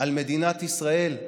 על מדינת ישראל,